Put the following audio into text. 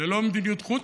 ללא מדיניות חוץ,